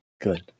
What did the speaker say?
good